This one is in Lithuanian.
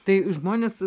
tai žmonės